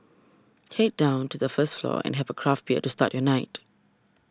head down to the first floor and have a craft bear to start your night